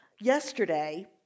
Yesterday